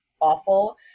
awful